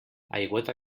aigüeta